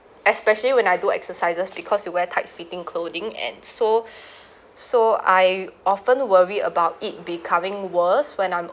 especially when I do exercises because you wear tight fitting clothing and so so I often worry about it becoming worse when I'm